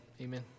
Amen